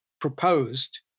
proposed